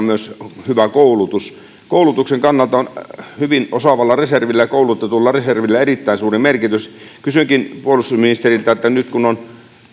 myös annetaan hyvä koulutus koulutuksen kannalta on hyvin osaavalla reservillä koulutetulla reservillä erittäin suuri merkitys kysynkin puolustusministeriltä nyt kun on